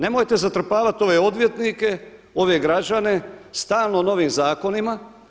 Nemojte zatrpavati ove odvjetnike, ove građane stalno novim zakonima.